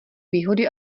výhody